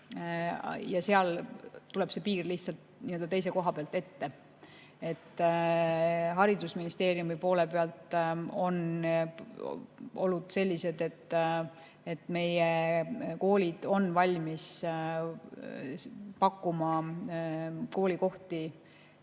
Seal tuleb see piir lihtsalt teise koha pealt ette. Haridusministeeriumi poole pealt on olud sellised, et meie koolid on valmis pakkuma koolikohti